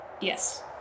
Yes